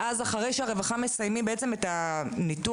ואז אחרי שהרווחה מסיימים את הניתוח,